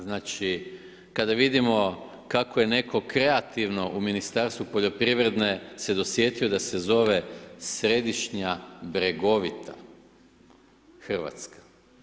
Znači kada vidimo kako je netko kreativno u Ministarstvu poljoprivrede se dosjetio da se zove središnja bregovita Hrvatska.